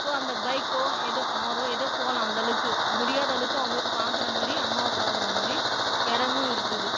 so அந்த பைக்கோ ஏதோ காரோ ஏதோ போகலாம் அந்தளவுக்கு முடியாதளவுக்கு அவங்க பார்க்கற மாதிரி அம்மாவை பார்க்கறா மாதிரி இடமும் இருக்குது